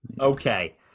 Okay